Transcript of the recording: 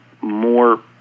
more